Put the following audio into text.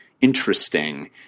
interesting